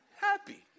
Happy